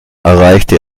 erreichte